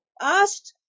asked